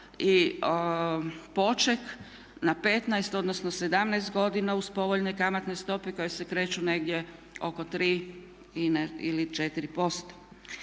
i poček na 15 odnosno 17 godina uz povoljne kamatne stope koje se kreću negdje oko 3 ili 4%,